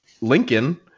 Lincoln